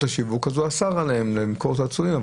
השיווק והבג"ץ אסר עליהן למכור צעצועים.